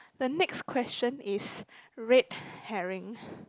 the next question is red hairing